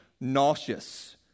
nauseous